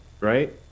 right